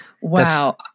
wow